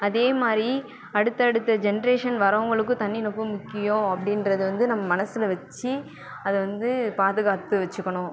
அதே மாதிரி அடுத்தடுத்த ஜெண்ட்ரேஷன் வரவர்களுக்கும் தண்ணி ரொம்ப முக்கியம் அப்படின்றத வந்து நம்ப மனசில் வச்சு அதை வந்து பாதுகாத்து வெச்சுக்கணும்